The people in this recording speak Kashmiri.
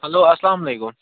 ہیٚلو اسلامُ علیکم